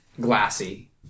glassy